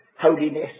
holiness